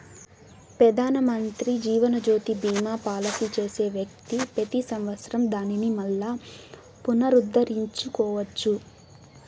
పెదానమంత్రి జీవనజ్యోతి బీమా పాలసీ చేసే వ్యక్తి పెతి సంవత్సరం దానిని మల్లా పునరుద్దరించుకోవచ్చు